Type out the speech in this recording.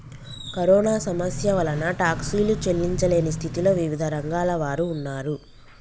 corona సమస్య వలన టాక్సీలు చెల్లించలేని స్థితిలో వివిధ రంగాల వారు ఉన్నారు